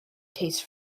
taste